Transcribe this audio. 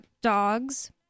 dogs